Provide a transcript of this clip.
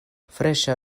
freŝa